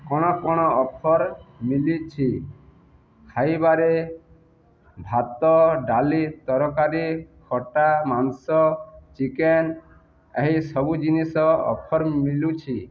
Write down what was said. କଣ କଣ ଅଫର୍ ମିଲିଛି ଖାଇବାରେ ଭାତ ଡାଲି ତରକାରୀ ଖଟା ମାଂସ ଚିକେନ ଏହି ସବୁ ଜିନିଷ ଅଫର୍ ମିଲୁଛି